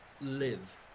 live